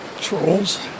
Trolls